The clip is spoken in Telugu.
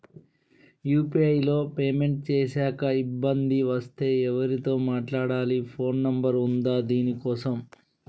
యూ.పీ.ఐ లో పేమెంట్ చేశాక ఇబ్బంది వస్తే ఎవరితో మాట్లాడాలి? ఫోన్ నంబర్ ఉందా దీనికోసం?